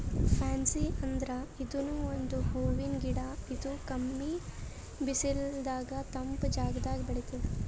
fancy ಅಂದ್ರ ಇದೂನು ಒಂದ್ ಹೂವಿನ್ ಗಿಡ ಇದು ಕಮ್ಮಿ ಬಿಸಲದಾಗ್ ತಂಪ್ ಜಾಗದಾಗ್ ಬೆಳಿತದ್